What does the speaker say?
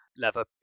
leather